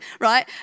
right